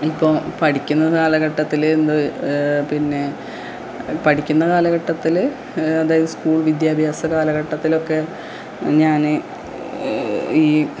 ഇപ്പോള് പഠിക്കുന്ന കാലഘട്ടത്തില് എന്താണ് പിന്നെ പഠിക്കുന്ന കാലഘട്ടത്തില് അതായത് സ്കൂൾ വിദ്യാഭ്യാസ കാലഘട്ടത്തിലൊക്കെ ഞാന് ഈ